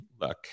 look